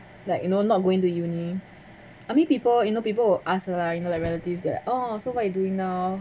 like you know not going to uni I mean people you know people will ask a line like relatives they oh so what you doing now